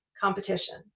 competition